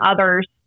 others